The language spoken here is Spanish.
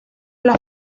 las